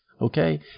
Okay